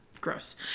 gross